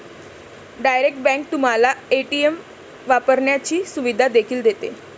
direct bank तुम्हाला ATM वापरण्याची सुविधा देखील देते